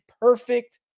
perfect